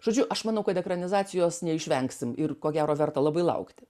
žodžiu aš manau kad ekranizacijos neišvengsim ir ko gero verta labai laukti